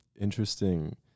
interesting